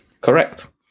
Correct